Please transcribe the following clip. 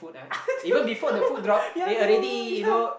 ah they will come they will what yeah